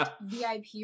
VIP